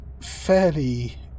fairly